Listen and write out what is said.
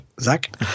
Zach